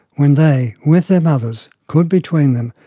when they, with their mothers, could between them,